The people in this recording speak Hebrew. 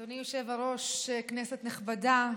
אדוני היושב-ראש, כנסת נכבדה,